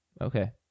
Okay